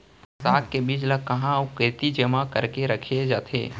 साग के बीज ला कहाँ अऊ केती जेमा करके रखे जाथे?